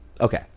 Okay